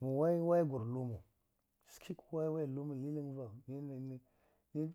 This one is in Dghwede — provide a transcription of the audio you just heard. ma waya waya gwre luma, ski ga waya waya lumava